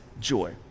joy